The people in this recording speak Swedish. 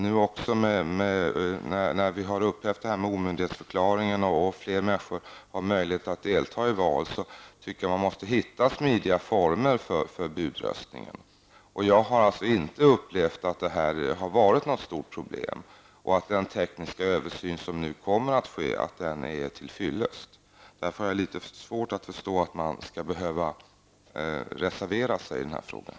Nu när omyndighetsförklaringen har upphävts och fler människor har möjlighet att delta i val, tycker jag att man måste hitta smidiga former för budröstningen. Jag har alltså inte upplevt att det här har varit något stort problem. Jag anser därför att den tekniska översyn som nu kommer att ske är till fyllest. Därför har jag litet svårt att förstå att man skall behöva reservera sig i den här frågan.